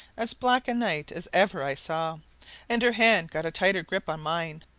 as black a night as ever i saw and her hand got a tighter grip on mine.